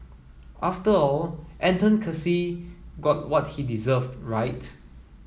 after all Anton Casey got what he deserved right